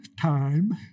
time